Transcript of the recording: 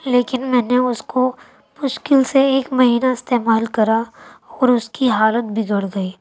لیکن میں نے اس کو مشکل سے ایک مہینہ استعمال کرا اور اس کی حالت بگڑ گئی